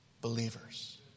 believers